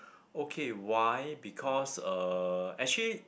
okay why because uh actually